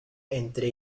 entre